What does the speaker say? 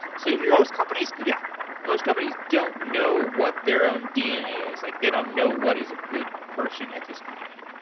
so yeah most companies yeah most companies don't know what their own dna is. like they don't know what is a good person at this company.